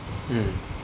mm